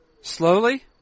Slowly